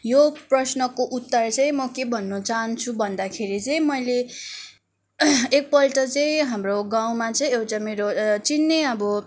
यो प्रश्नको उत्तर चाहिँ म के भन्न चाहन्छु भन्दाखेरि चाहिँ मैले एकपल्ट चाहिँ हाम्रो गाउँमा चाहिँ एउटा मेरो चिन्ने अब